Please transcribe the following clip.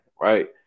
right